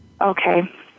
Okay